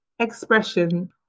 expression